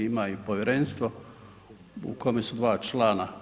Ima i povjerenstvo u kome su dva člana.